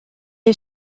est